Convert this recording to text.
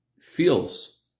feels